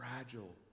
fragile